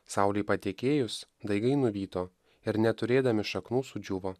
saulei patekėjus daigai nuvyto ir neturėdami šaknų sudžiūvo